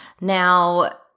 Now